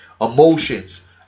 emotions